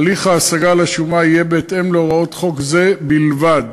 הליך ההשגה על השומה יהיה בהתאם להוראות חוק זה בלבד.